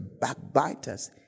backbiters